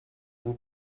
vous